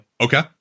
Okay